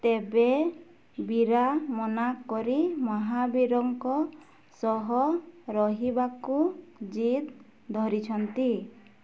ତେବେ ବୀରା ମନା କରି ମହାବୀରଙ୍କ ସହ ରହିବାକୁ ଜିଦ୍ ଧରିଛନ୍ତି